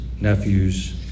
nephews